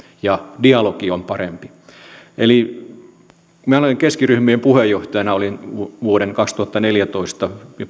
ja dialogi on parempi minä olin keskiryhmien puheenjohtajana vuoden kaksituhattaneljätoista